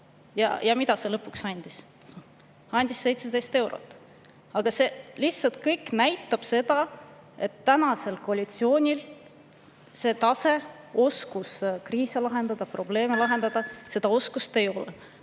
Ja mida see lõpuks andis? Andis 17 eurot. See kõik lihtsalt näitab seda, et tänasel koalitsioonil ei ole oskust kriise lahendada, probleeme lahendada – seda oskust ei ole.